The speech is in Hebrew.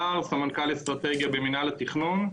הכנת תוכנית אסטרטגית לדיור לרבות קביעת